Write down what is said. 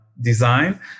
design